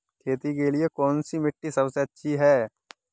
खेती के लिए कौन सी मिट्टी सबसे अच्छी है?